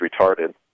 retarded